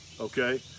okay